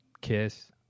kiss